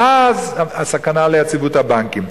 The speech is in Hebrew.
ואז, סכנה ליציבות הבנקים.